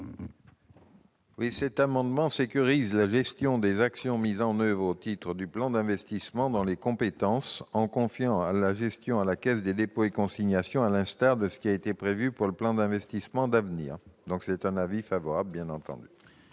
? Cet amendement vise à sécuriser la gestion des actions mises en oeuvre au titre du plan d'investissement dans les compétences, en en confiant la gestion à la Caisse des dépôts et consignations, à l'instar de ce qui a été prévu pour le programme d'investissements d'avenir. L'avis de la commission est bien entendu